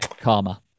Karma